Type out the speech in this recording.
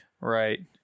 Right